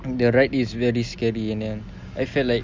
the ride is very scary and then I felt like